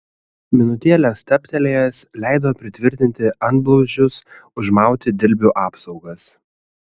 minutėlę stabtelėjęs leido pritvirtinti antblauzdžius užmauti dilbių apsaugas